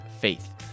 faith